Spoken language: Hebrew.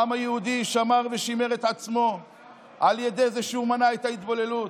העם היהודי שמר ושימר את עצמו על ידי זה שהוא מנע את ההתבוללות,